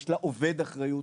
יש לעובד אחריות,